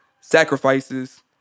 sacrifices